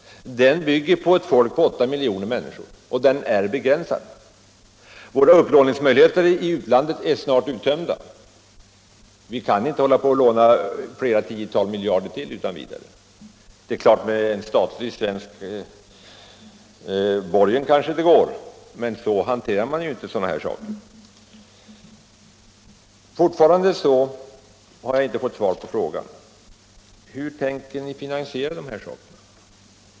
Den bygger på ett folk på 8 miljoner människor och den är begränsad. Våra upplåningsmöjligheter i utlandet är snart uttömda. Vi kan inte utan vidare låna flera tiotal miljarder kronor till. Med en statlig svensk borgen kanske det går, men så hanterar man inte sådana här saker. Fortfarande har jag inte fått svar på frågan hur ni tänker klara finansieringen.